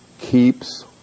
keeps